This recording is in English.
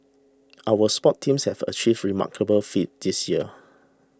our sports teams have achieved remarkable feats this year